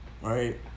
right